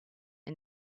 and